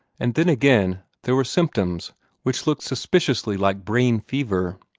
and then again there were symptoms which looked suspiciously like brain fever.